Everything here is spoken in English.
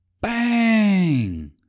bang